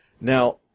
Now